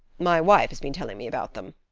my wife has been telling me about them.